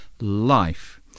life